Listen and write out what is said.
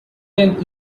can